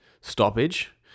stoppage